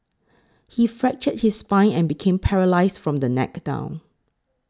he fractured his spine and became paralysed from the neck down